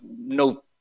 no